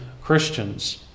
Christians